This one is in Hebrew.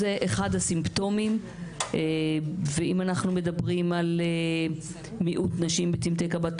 זה אחד הסימפטומים ואם אנחנו מדברים על מיעוט נשים בקבלת